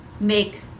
make